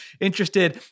interested